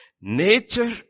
Nature